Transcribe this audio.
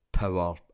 power